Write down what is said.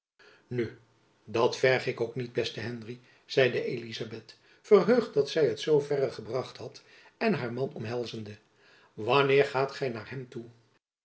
nu dat verg ik ook niet beste henry zeide elizabeth verheugd dat zy het zoo verre gebracht had en haar man omhelzende wanneer gaat gy naar hem toe